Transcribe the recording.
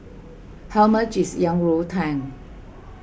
how much is Yang Rou Tang